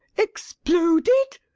exploded!